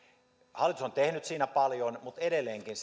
hallitus on tehnyt siinä paljon mutta edelleenkin